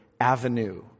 avenue